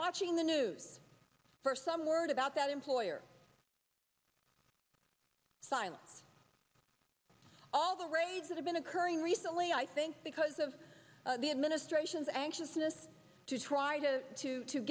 watching the news for some word about that employer sila all the raids that have been occurring recently i think because of the administration's anxiousness to try to to to